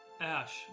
Ash